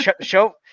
show